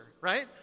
right